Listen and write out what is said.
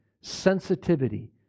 sensitivity